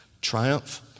Triumph